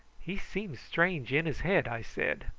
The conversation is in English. he seems strange in his head, i said.